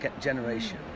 generation